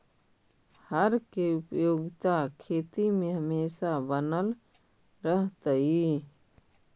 हर के उपयोगिता खेती में हमेशा बनल रहतइ